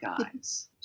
guys